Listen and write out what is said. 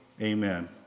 Amen